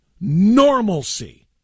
normalcy